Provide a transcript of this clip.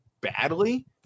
badly